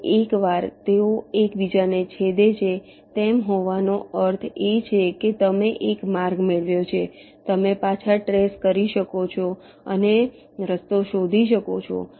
અને એકવાર તેઓ એકબીજાને છેદે છે તમે હોવાનો અર્થ એ છે કે તમે એક માર્ગ મેળવ્યો છે તમે પાછા ટ્રેસ કરી શકો છો અને રસ્તો શોધી શકો છો